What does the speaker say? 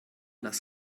das